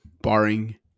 barring